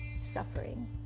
suffering